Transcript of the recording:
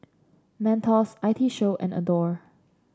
Mentos I T Show and Adore